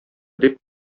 дип